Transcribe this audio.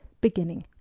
beginning